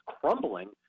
crumbling